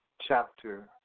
chapter